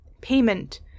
payment